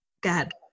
God